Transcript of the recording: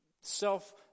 self